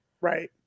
Right